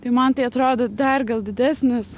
tai man tai atrodo dar gal didesnis